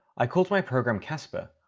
i called my program cassper,